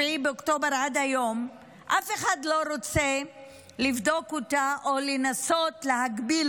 באוקטובר עד היום אף אחד לא רוצה לבדוק או לנסות להגביל,